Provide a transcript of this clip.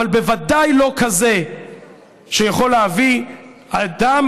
אבל בוודאי לא כזה שיכול להביא אדם,